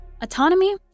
autonomy